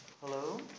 Hello